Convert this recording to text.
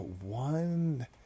One